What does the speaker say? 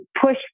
push